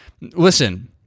listen